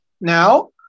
Now